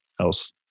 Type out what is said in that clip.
else